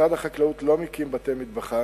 משרד החקלאות לא מקים בתי-מטבחיים.